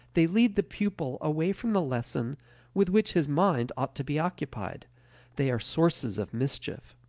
they lead the pupil away from the lesson with which his mind ought to be occupied they are sources of mischief.